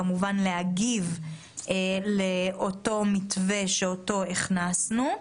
להגיב לאותו מתווה שהכנסנו.